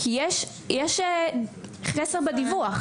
כי יש חסר בדיווח.